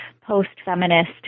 post-feminist